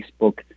Facebook